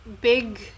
big